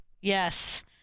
Yes